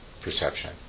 perception